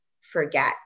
forget